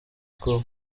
school